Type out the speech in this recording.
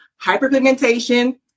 Hyperpigmentation